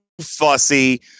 fussy